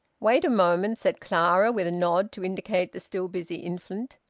wait a moment, said clara, with a nod to indicate the still busy infant.